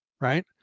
Right